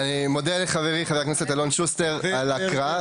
מודה לחברי, חבר הכנסת אלון שוסטר על ההקראה.